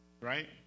Right